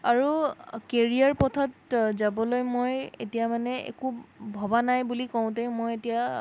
আৰু কেৰিয়াৰ পথত যাবলৈ মই এতিয়া মানে একো ভবা নাই বুলি কওঁতেই মই এতিয়া